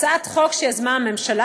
זו הצעת חוק שיזמה הממשלה,